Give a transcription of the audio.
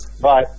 Bye